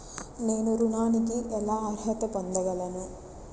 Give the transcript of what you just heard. నేను ఋణానికి ఎలా అర్హత పొందగలను?